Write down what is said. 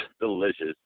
Delicious